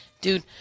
dude